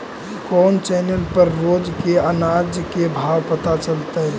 कोन चैनल पर रोज के अनाज के भाव पता चलतै?